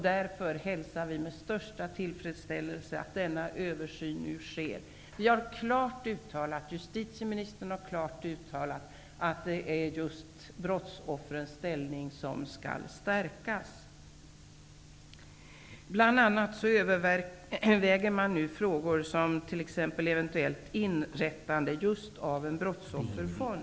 Därför hälsar vi med största tillfredsställelse att denna översyn nu görs. Justitieministern har klart uttalat att det är just brottsoffrens ställning som skall stärkas. Bl.a. överväger man nu frågor om ett eventuellt inrättande av en brottsofferfond.